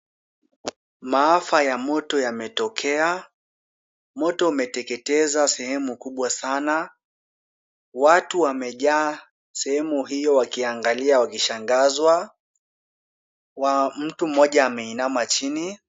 Maafa ya moto umetokea. Moto umeteketeza sehemu kubwa sana. Watu wamejaa sehemu hio wakiangalia wakishangazwa. Mtu mmoja ameinama chini.